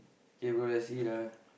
K bro let's see the